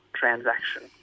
transaction